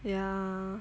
ya